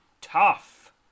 tough